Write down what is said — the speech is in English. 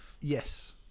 yes